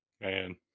Man